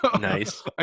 Nice